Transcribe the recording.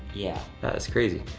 yeah. that is crazy.